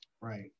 right